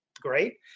great